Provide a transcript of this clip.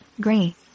gray